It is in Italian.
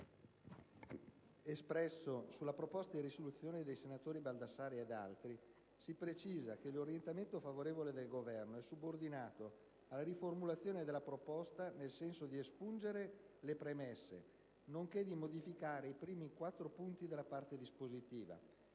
espresso sulla proposta di risoluzione dei senatori Baldassarri ed altri, preciso che l'orientamento favorevole del Governo è subordinato alla riformulazione della proposta nel senso di espungere le premesse, nonché di modificare i primi quattro punti della parte dispositiva.